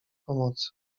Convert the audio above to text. pomocy